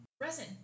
resin